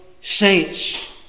saints